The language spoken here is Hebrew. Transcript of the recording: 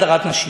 הדרת נשים.